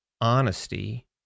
honesty